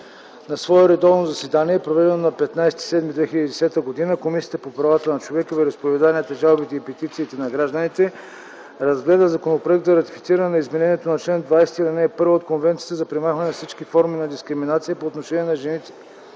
На свое редовно заседание, проведено на 15 юли 2010 г., Комисията по правата на човека, вероизповеданията, жалбите и петициите на гражданите разгледа Законопроект за ратифициране на Изменението на чл. 20, ал. 1 от Конвенцията за премахване на всички форми на дискриминация по отношение на жените,